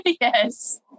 Yes